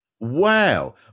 Wow